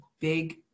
big